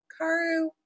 Karu